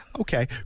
Okay